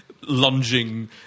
lunging